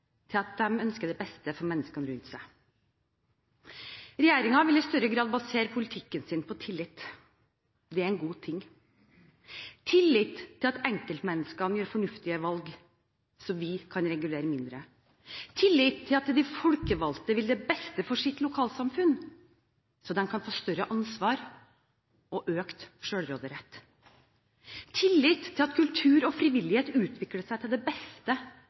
til at de ønsker det beste for menneskene rundt seg. Regjeringen vil i større grad basere sin politikk på tillit – det er en god ting: tillit til at enkeltmenneskene gjør fornuftige valg, så vi kan regulere mindre tillit til at de folkevalgte vil det beste for sitt lokalsamfunn, så de kan få større ansvar og økt selvråderett tillit til at kultur og frivillighet utvikler seg til det beste